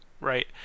Right